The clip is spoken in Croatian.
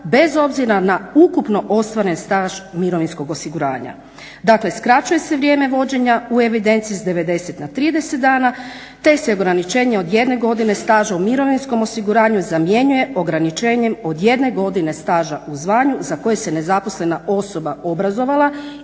bez obzira na ukupno ostvaren staž mirovinskog osiguranja. Dakle, skraćuje se vrijeme vođenja u evidenciji s 90 na 30 dana, te se ograničenje od 1 godine staža u mirovinskom osiguranju zamjenjuje ograničenjem od 1 godine staža u zvanju za koje se nezaposlena osoba obrazovala